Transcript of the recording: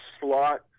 slot